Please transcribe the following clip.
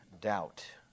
doubt